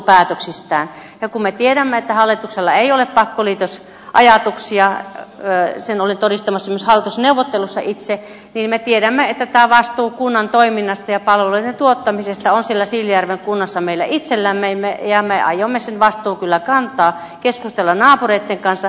ja kun me tiedämme että hallituksella ei ole pakkoliitosajatuksia sen olin todistamassa myös hallitusneuvottelussa itse niin me tiedämme että tämä vastuu kunnan toiminnasta ja palveluiden tuottamisesta on siellä siilinjärven kunnassa meillä itsellämme ja me aiomme sen vastuun kyllä kantaa keskustella naapureitten kanssa